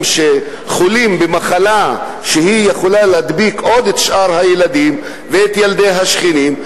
שחולים במחלה שיכולה להדביק את שאר הילדים ואת ילדי השכנים,